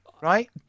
right